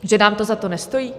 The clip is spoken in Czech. Že nám to za to nestojí?